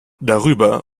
darüber